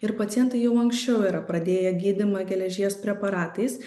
ir pacientai jau anksčiau yra pradėję gydymą geležies preparatais